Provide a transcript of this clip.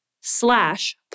slash